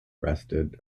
arrested